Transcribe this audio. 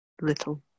little